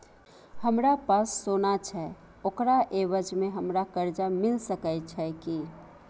हमरा पास सोना छै ओकरा एवज में हमरा कर्जा मिल सके छै की?